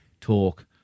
talk